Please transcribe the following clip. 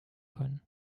können